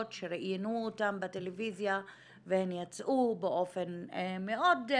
שראיינו אותן בטלוויזיה והן יצאו באופן מאוד חריג,